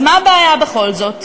אז מה הבעיה בכל זאת?